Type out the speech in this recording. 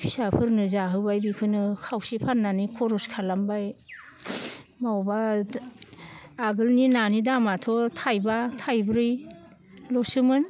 फिसाफोरनो जाहोबाय बेखौनो खावसे फाननानै खरस खालामबाय मावबा आगोलनि नानि दामाथ' थाइबा थाइब्रैलसोमोन